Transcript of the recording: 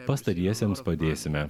pastariesiems padėsime